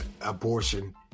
abortion